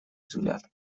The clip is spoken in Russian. взгляд